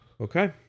Okay